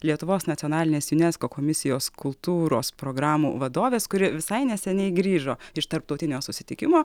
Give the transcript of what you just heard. lietuvos nacionalinės junesko komisijos kultūros programų vadovės kuri visai neseniai grįžo iš tarptautinio susitikimo